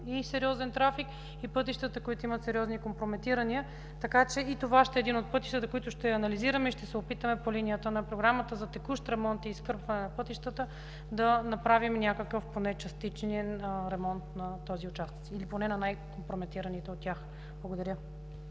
има сериозен трафик, и пътищата, които имат сериозни компрометирания. Така че и това ще е един от пътищата, които ще анализираме и ще се опитаме по линията на Програмата за текущ ремонт и изкърпване на пътищата да направим някакъв поне частичен ремонт на тези участъци, или поне на най-компрометираните от тях. Благодаря.